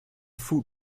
food